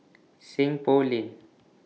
Seng Poh Lane